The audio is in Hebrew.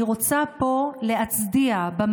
אני רוצה להצדיע פה,